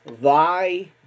thy